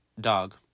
Dog